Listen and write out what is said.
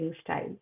style